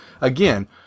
again